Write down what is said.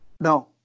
No